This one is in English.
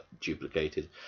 duplicated